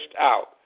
out